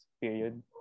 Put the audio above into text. period